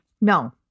No